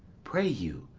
pray you,